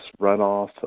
runoff